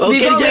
Okay